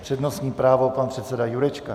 Přednostní právo pan předseda Jurečka.